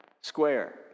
square